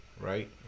right